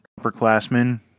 upperclassmen